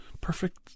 Perfect